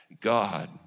God